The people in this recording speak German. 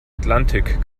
atlantik